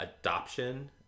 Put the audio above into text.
adoption